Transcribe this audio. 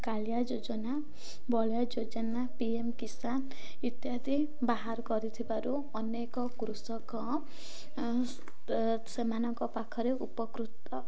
କାଳିଆ ଯୋଜନା ବଳିଆ ଯୋଜନା P M Kisan ଇତ୍ୟାଦି ବାହାର କରିଥିବାରୁ ଅନେକ କୃଷକ ସେମାନଙ୍କ ପାଖରେ ଉପକୃତ